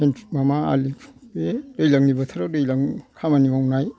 माबा आलि बे दैलांनि बोथोराव दै लांनो खामानि मावनाय